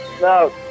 No